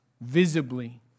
visibly